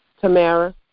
Tamara